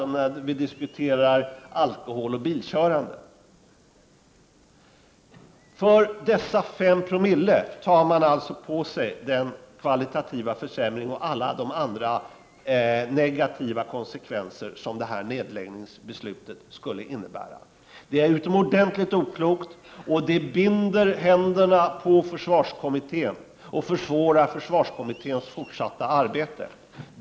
GA när vi diskuterar alkohol och bilkörning. För att uppnå en besparing som alltså motsvarar 5 oo av försvarsanslaget är man beredd att acceptera en kvalitativ försämring och alla de negativa konsekvenser som ett nedläggningsbeslut skulle få. Det är utomordentligt oklokt, och det binder händerna på försvarskomitténs ledamöter och försvårar deras fortsatta arbete.